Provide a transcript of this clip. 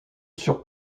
sur